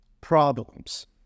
problems